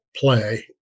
play